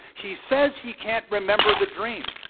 he says he can't remember the dream.